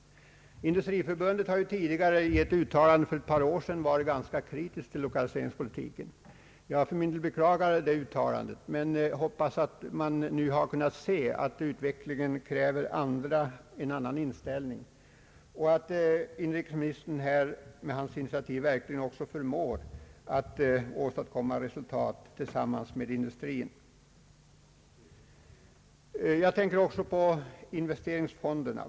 Industriförbundet har ju i ett uttalande för ett par år sedan varit ganska kritiskt till lokaliseringspolitiken. För min del beklagar jag det uttalandet, men jag hoppas att man nu har kunnat se att utvecklingen kräver en annan inställning och att inrikesministern med sitt initiativ här verkligen förmår åstadkomma resultat tillsammans med industrin. Jag tänker också på investeringsfonderna.